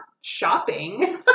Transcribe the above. shopping